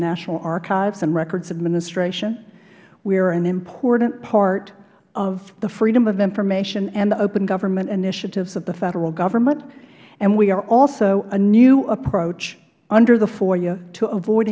national archives and records administration we are an important part of the freedom of information and open government initiatives of the federal government and we are also a new approach under the foia to avoid